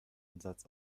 ansatz